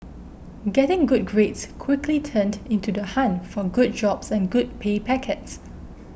getting good grades quickly turned into the hunt for good jobs and good pay packets